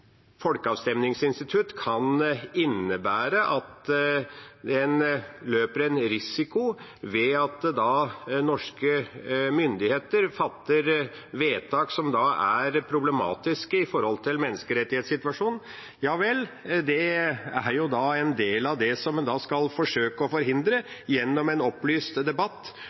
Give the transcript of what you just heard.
løper en risiko ved at norske myndigheter fatter vedtak som er problematiske med tanke på menneskerettighetssituasjonen. Ja vel, det er en del av det en skal forsøke å forhindre gjennom en opplyst debatt